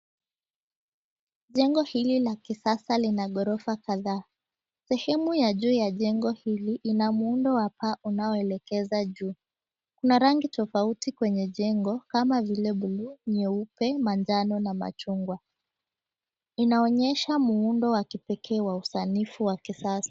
Jengo hili la kisasa lina ghorofa kadhaa. Sehemu ya juu ya jengo hili ina muundo wa paa unaoelekeza juu. Kuna rangi tofauti kwenye jengo kama vile buluu, nyeupe, manjano na machungwa. Inaonyesha muundo wa kipekee wa usanifu wa kisasa.